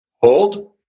Hold